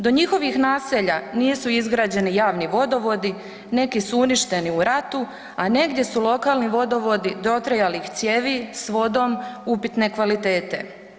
Do njihovih naselja nisu izgrađeni javni vodovodi, neki su uništeni u ratu, a negdje su lokalni vodovodi dotrajalih cijevi s vodom upitne kvalitete.